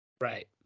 Right